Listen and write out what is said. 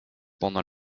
pendant